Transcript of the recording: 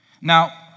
Now